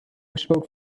spoke